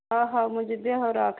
ହଁ ହଉ ମୁଁ ଯିବି ହଉ ରଖ